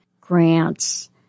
grants